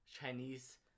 Chinese